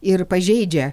ir pažeidžia